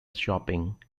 shopping